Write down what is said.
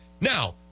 Now